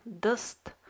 dust